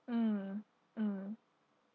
mm mm